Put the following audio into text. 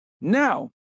Now